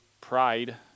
pride